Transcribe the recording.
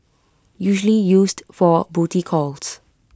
usually used for booty calls